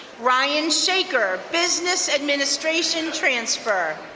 ryan shaker, business administration transfer.